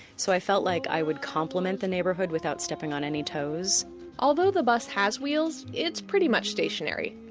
so i felt like i would complement the neighborhood without stepping on any toes although the bus has wheels, it's pretty much stationary,